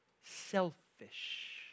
selfish